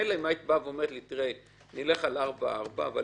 מילא היית אומרת לי: נלך על ארבע שנים וארבע שנים,